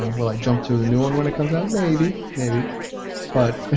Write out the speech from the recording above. will i jump to the new one when it comes out? maybe, maybe but.